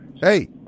Hey